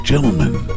Gentlemen